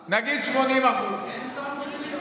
אין שר במליאה.